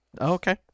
Okay